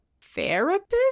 therapist